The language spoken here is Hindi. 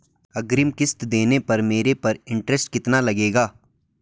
अग्रिम किश्त देने पर मेरे पर इंट्रेस्ट कितना लगेगा?